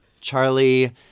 Charlie